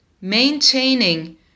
maintaining